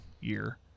year